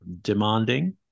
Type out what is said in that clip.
demanding